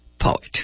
poet